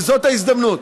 וזאת ההזדמנות,